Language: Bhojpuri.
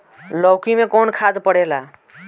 लौकी में कौन खाद पड़ेला?